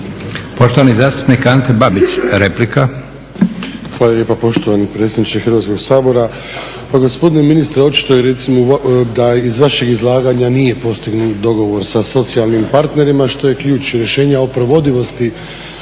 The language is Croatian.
Poštovani zastupnik Ante Babić, replika. **Babić, Ante (HDZ)** Hvala lijepa poštovani predsjedniče Hrvatskog sabora. Pa gospodine ministre, očito je da iz vašeg izlaganja nije postignut dogovor sa socijalnim partnerima što je ključ rješenja o provedivosti